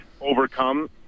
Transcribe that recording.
overcome